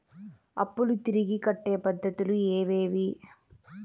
అప్పులు తిరిగి కట్టే పద్ధతులు ఏవేవి